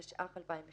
התשע"ח-2017